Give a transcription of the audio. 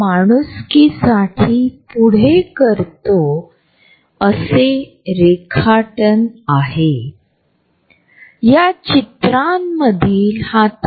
अभाषिकसंप्रेषणाचा एक भाग म्हणून प्रॉक्सॅमिक्स कोणत्याही छोट्या गटातील किंवा आपल्या आणि इतर लोकांमधील अंतर या कडे लक्ष देते